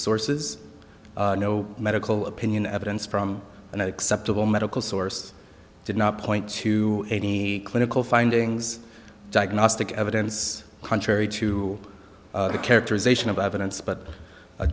sources no medical opinion evidence from an acceptable medical source did not point to any clinical findings diagnostic evidence contrary to the characterization of evidence but a